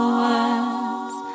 words